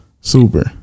Super